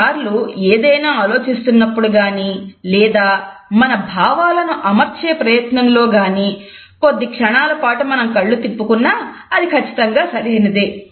కొన్నిసార్లు ఏదైనా ఆలోచిస్తున్నప్పుడు గాని లేదా మన భావాలను అమర్చే ప్రయత్నంలో గాని కొద్ది క్షణాల పాటు మనం కళ్ళు తిప్పుకున్నా అది ఖచ్చితంగా సరైనదే